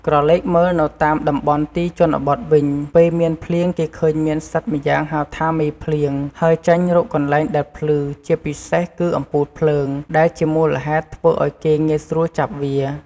ក្រឡេកមើលនៅតាមតំបន់ទីជនបទវិញ ពេលមានភ្លៀងគេឃើញមានសត្វម្យ៉ាងហៅថា មេភ្លៀង ហើរចេញរកកន្លែងដែលភ្លឺ ជាពិសេសគឺអំពូលភ្លើង ដែលជាមូលហេតុធ្វើឱ្យគេងាយស្រួលចាប់វា។